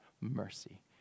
mercy